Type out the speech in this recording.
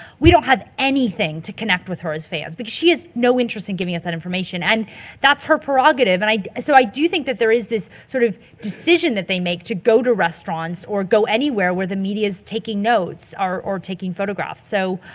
we don't have anything to connect with her as fans because she has no interest in giving us that information. and that's her prerogative. and i, so i do think that there is this sort of decision that they make to go to restaurants or go anywhere where the media's taking notes or-or taking photographs. so